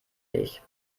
ich